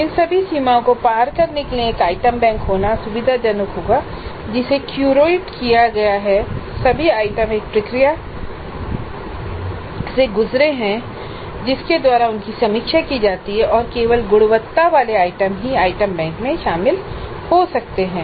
इन सभी सीमाओं को पार करने के लिए एक आइटम बैंक होना सुविधाजनक होगा जिसे क्यूरेट किया गया है सभी आइटम एक प्रक्रिया से गुजरे हैं जिसके द्वारा उनकी समीक्षा की जाती है और केवल गुणवत्ता वाले आइटम ही आइटम बैंक में शामिल हो सकते हैं